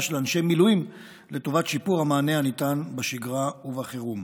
של אנשי מילואים לטובת שיפור המענה הניתן בשגרה ובחירום.